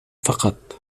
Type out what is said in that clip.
فقط